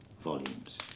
volumes